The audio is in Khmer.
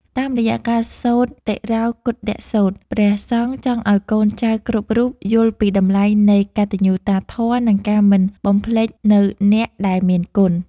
តាមរយៈការសូត្រតិរោកុឌ្ឍសូត្រ ព្រះសង្ឃចង់ឱ្យកូនចៅគ្រប់រូបយល់ពីតម្លៃនៃ កតញ្ញូតាធម៌ និងការមិនបំភ្លេចនូវអ្នកដែលមានគុណ។